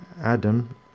adam